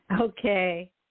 Okay